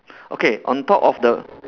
okay on top of the